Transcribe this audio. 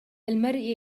المرء